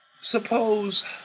Suppose